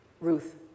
Ruth